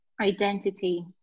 identity